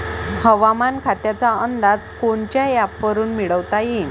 हवामान खात्याचा अंदाज कोनच्या ॲपवरुन मिळवता येईन?